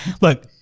look